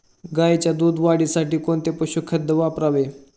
गाईच्या दूध वाढीसाठी कोणते पशुखाद्य वापरावे?